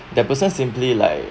that person simply like